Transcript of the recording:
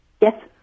Yes